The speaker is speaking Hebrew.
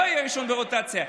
לא יהיה ראשון ברוטציה,